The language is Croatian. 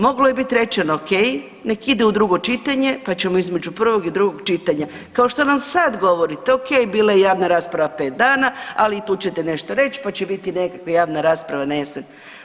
Moglo je biti rečeno ok, nek ide u drugo čitanje pa ćemo između prvog i drugog čitanja, kao što nam sad govorite ok bila je javna rasprava 5 dana, ali i tu ćete nešto reći pa će biti nekakva javna rasprava jesen.